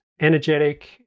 energetic